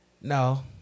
No